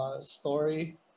Story